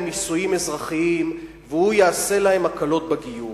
נישואים אזרחיים והוא יעשה להם הקלות בגיור.